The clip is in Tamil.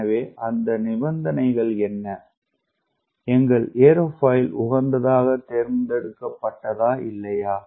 எனவே அந்த நிபந்தனைகள் என்ன எங்கள் ஏரோஃபைல் உகந்ததாக தேர்ந்தெடுக்கப்பட்டதா இல்லையா